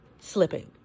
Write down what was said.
slipping